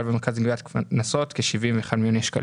במרכז לגביית קנסות: כ-71 מיליוני שקלים.